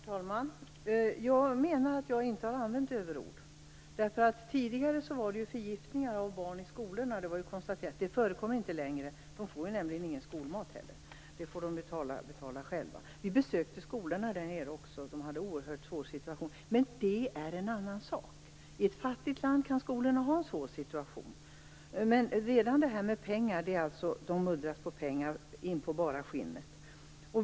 Herr talman! Jag menar att jag inte har använt överord. Tidigare förekom förgiftning av barn i skolorna. Det har konstaterats. Det förekommer inte längre. De får nämligen ingen skolmat längre. Den får de betala själva. Vi besökte skolorna. Situationen var oerhört svår. Men det är en annan sak. I ett fattigt land kan skolorna ha en svår situation. De muddras på pengar in på bara skinnet.